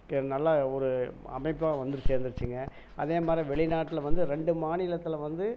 க நல்லா ஒரு அமைப்பாக வந்து சேர்ந்துருச்சுங்க அதே மாதிரி வெளி நாட்டில் வந்து ரெண்டு மாநிலத்தில் வந்து